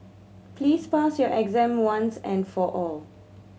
please pass your exam once and for all